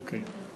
אוקיי.